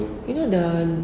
ah you know the